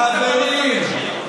שעושים בליכוד עושים עליי, חברים, חברים